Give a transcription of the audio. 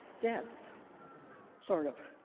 dead sort of.